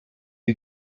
you